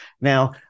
Now